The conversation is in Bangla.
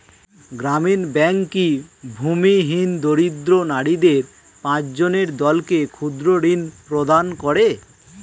গ্রামীণ ব্যাংক কি ভূমিহীন দরিদ্র নারীদের পাঁচজনের দলকে ক্ষুদ্রঋণ প্রদান করে?